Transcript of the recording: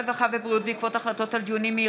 הרווחה והבריאות בעקבות דיון מהיר